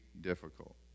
difficult